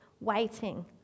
waiting